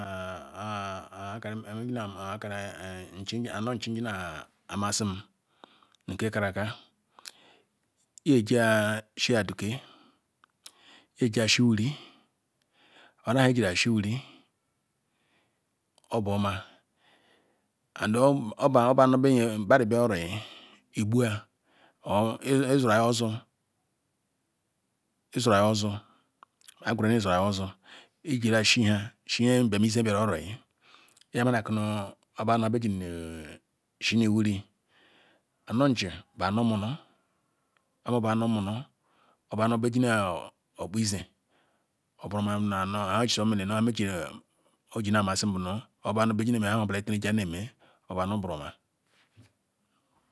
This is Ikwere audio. nkarim emigidam nchijina amasi ni keh karaka iyejia bia dakeh iyelia shi wuri mada ijiri-ah eshi nuri obo egbu-ah ro lzora your ozuoh izuru yah ozuuh ijila shi nha yeh embor mize biara oroi obaha njim ni eshini wusi anor nchi bu omor monoh obu amor neh ji neh akpu izeh oboroma gina nmeji ojinamalim inejia meheniho lula ichoro emeh